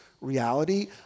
reality